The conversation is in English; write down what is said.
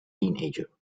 teenager